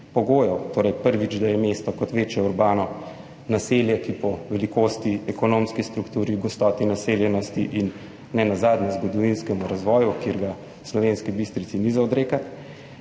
Torej, prvič, da je mesto kot večje urbano naselje, ki po velikosti, ekonomski strukturi, gostoti naseljenosti in nenazadnje zgodovinskemu razvoju, kjer ga Slovenski Bistrici ni za odrekati,